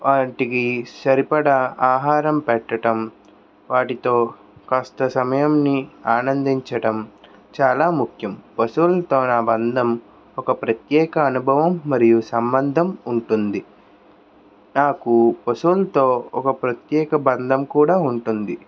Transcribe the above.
వాటికీ సరిపడా ఆహారం పెట్టటం వాటితో కాస్తా సమయంని ఆనందించడం చాలా ముఖ్యం పశువులతో నా బంధం ఒక ప్రత్యేక అనుభవం మరియు సంబంధం ఉంటుంది నాకు పశువులతో ఒక ప్రత్యేక బంధం కూడా ఉంటుంది